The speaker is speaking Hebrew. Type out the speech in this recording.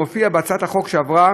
מופיע בהצעת החוק שעברה